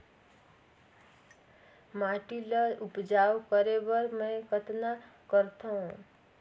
माटी ल उपजाऊ करे बर मै कतना करथव?